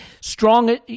strong